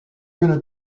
une